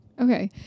Okay